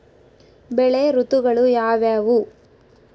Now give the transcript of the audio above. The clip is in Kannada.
ಬೆಳೆ ಋತುಗಳು ಯಾವ್ಯಾವು?